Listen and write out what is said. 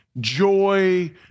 joy